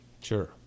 Sure